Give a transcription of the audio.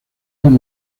han